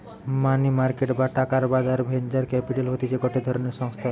মানি market বা টাকার বাজার ভেঞ্চার ক্যাপিটাল হতিছে গটে ধরণের সংস্থা